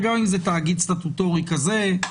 גם אם זה תאגיד סטטוטורי כזה,